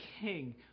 king